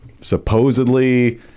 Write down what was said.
supposedly